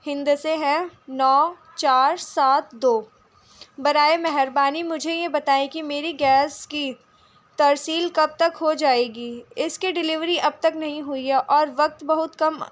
ہندسے ہیں نو چار سات دو برائے مہربانی مجھے یہ بتائیں کہ میری گیس کی ترسیل کب تک ہو جائے گی اس کے ڈیلیوری اب تک نہیں ہوئی ہے اور وقت بہت کم